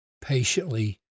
patiently